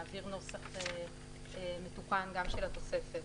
נעביר נוסח מתוקן גם של התוספת.